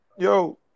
yo